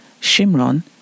Shimron